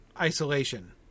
isolation